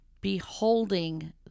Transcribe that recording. beholding